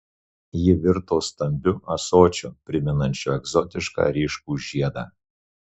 ji virto stambiu ąsočiu primenančiu egzotišką ryškų žiedą